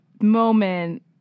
moment